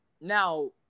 Now